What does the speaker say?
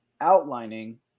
outlining